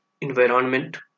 Environment